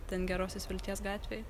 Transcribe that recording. ten gerosios vilties gatvėj